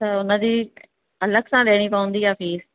त हुनजी अलगि सां ॾियणी पवंदी आहे फीस